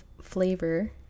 flavor